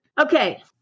Okay